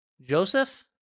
joseph